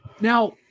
Now